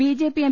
B J P M